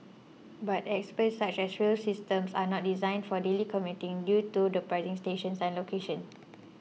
but experts said such rail systems are not designed for daily commuting due to their pricing and station locations